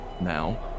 now